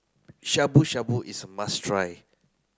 Shabu Shabu is must try